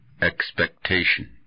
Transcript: Expectation